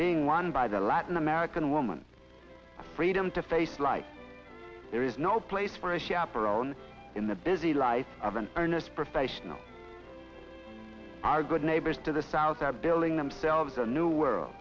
being won by the latin american woman freedom to face life there is no place for a chaperone in the busy life of an ernest professional are good neighbors to the south a building themselves a new world